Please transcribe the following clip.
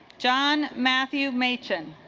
john matthew machen